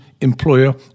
employer